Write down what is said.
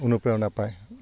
অনুপ্ৰেৰণা পায়